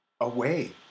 away